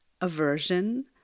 aversion